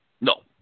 No